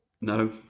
No